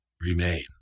remain